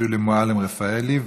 שולי מועלם-רפאלי.